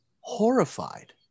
horrified